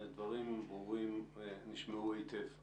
דברים ברורים שנשמעו היטב.